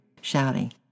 shouting